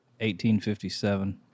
1857